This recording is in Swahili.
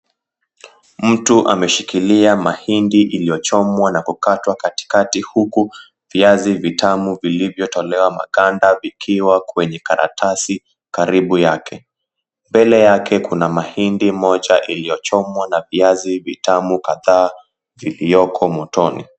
Mtu ameshikilia mahindi iliyochomwa na kukatwa katikati huku viazi vitamu vilivyotolewa makanda vikiwa kwenye karatasi karibu yake. Mbele yake kuna mahindi moja iliyochomwa na viazi vitamu kadhaa viliyoko motoni.